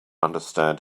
understand